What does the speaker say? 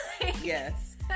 yes